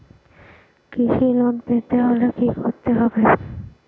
কৃষি লোন পেতে হলে কি করতে হবে?